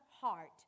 heart